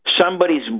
somebody's